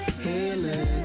healing